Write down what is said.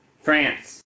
France